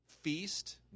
Feast